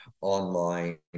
online